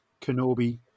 Kenobi